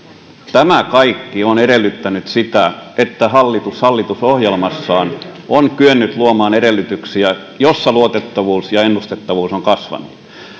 tämä kaikki on edellyttänyt sitä että hallitus hallitusohjelmassaan on kyennyt luomaan edellytyksiä joissa luotettavuus ja ennustettavuus ovat kasvaneet